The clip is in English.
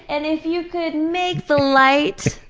and if you could make the lights